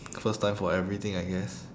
first time for everything I guess